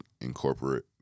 incorporate